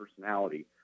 personality